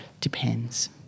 Depends